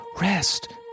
Rest